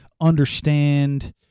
understand